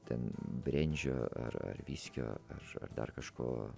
ten brendžio ar ar viskio ar dar kažko